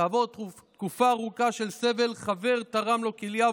כעבור תקופה ארוכה של סבל חבר תרם לו כליה,